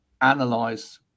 analyze